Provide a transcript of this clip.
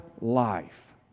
life